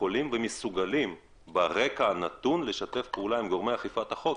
יכולים ומסוגלים ברקע הנתון לשתף פעולה עם גורמי אכיפת החוק?